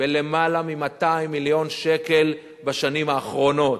בלמעלה מ-200 מיליון שקל בשנים האחרונות,